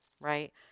right